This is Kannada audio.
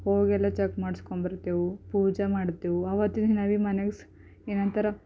ಹೋಗಿ ಎಲ್ಲ ಚೆಕ್ ಮಾಡಿಸ್ಕೊಂಡು ಬರ್ತೇವೆ ಪೂಜೆ ಮಾಡ್ತೇವೆ ಅವತ್ತಿನ ದಿನ ಭೀ ಮನ್ಯಾಗ ಏನಂತಾರ